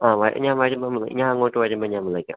ആ ഞാൻ വരുമ്പം ഞാൻ അങ്ങോട്ട് വരുമ്പം ഞാൻ വിളിക്കാം